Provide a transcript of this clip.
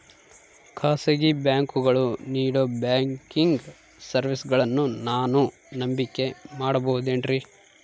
ಖಾಸಗಿ ಬ್ಯಾಂಕುಗಳು ನೇಡೋ ಬ್ಯಾಂಕಿಗ್ ಸರ್ವೇಸಗಳನ್ನು ನಾನು ನಂಬಿಕೆ ಮಾಡಬಹುದೇನ್ರಿ?